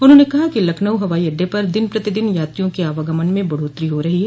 उन्होंने कहा कि लखनऊ हवाई अड्डे पर दिन प्रतिदिन यात्रियों के आवागमन में बढ़ोत्तरी हो रही है